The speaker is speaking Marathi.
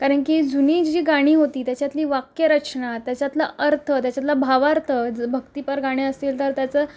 कारण की जुनी जी गाणी होती त्याच्यातली वाक्यरचना त्याच्यातला अर्थ त्याच्यातला भावार्थ जर भक्तीपर गाणी असतील तर त्याचं